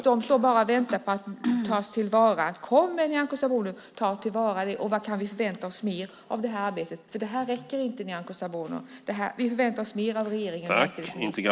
De står bara och väntar på att tas till vara. Kommer Nyamko Sabuni att ta vara på det? Vad kan vi mer förvänta oss av det här arbetet? Det här räcker inte. Vi förväntar oss mer av regeringen och jämställdhetsministern.